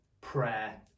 prayer